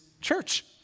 Church